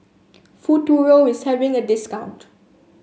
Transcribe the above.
futuro is having a discount